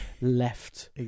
left